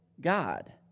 God